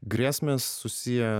grėsmės susiję